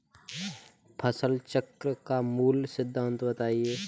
फसल चक्र का मूल सिद्धांत बताएँ?